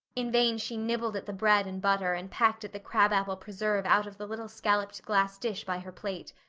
in vain she nibbled at the bread and butter and pecked at the crab-apple preserve out of the little scalloped glass dish by her plate.